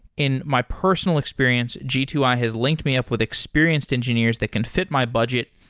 in my personal experience, g two i has linked me up with experienced engineers that can fit my budget,